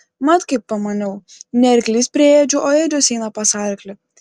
mat kaip pamaniau ne arklys prie ėdžių o ėdžios eina pas arklį